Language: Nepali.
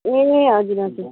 ए हजुर हजुर